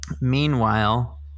Meanwhile